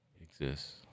exists